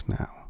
now